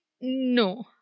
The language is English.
no